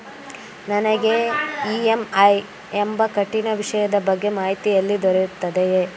ನನಗೆ ಇ.ಎಂ.ಐ ಎಂಬ ಕಠಿಣ ವಿಷಯದ ಬಗ್ಗೆ ಮಾಹಿತಿ ಎಲ್ಲಿ ದೊರೆಯುತ್ತದೆಯೇ?